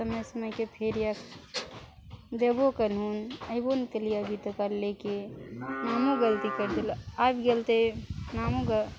समय समय के फेर यए देबो करलहुन अयबो नहि केलियै अभी तक लेके नामो गलती कैरि देलऽ आबि गेल ते नामो गऽ